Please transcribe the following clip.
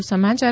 વધુ સમાચાર